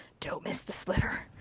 don't miss the sliver.